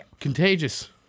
contagious